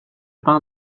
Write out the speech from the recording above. pain